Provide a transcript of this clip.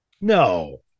No